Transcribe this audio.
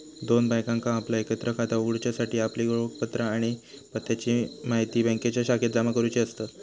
दोन बायकांका आपला एकत्र खाता उघडूच्यासाठी आपली ओळखपत्रा आणि पत्त्याची म्हायती बँकेच्या शाखेत जमा करुची असतत